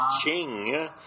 Ching